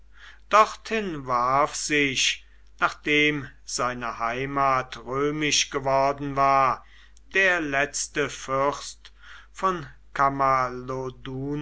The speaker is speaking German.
dorthin warf sich nachdem seine heimat römisch geworden war der letzte fürst von